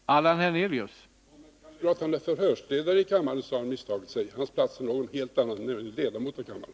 Herr talman! Om Hadar Cars tror att han är förhörsledare i kammaren, har han misstagit sig. Hans ställning är en helt annan — han fungerar som ledamot av kammaren.